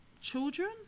children